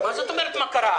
מה זאת אומרת מה קרה?